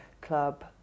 Club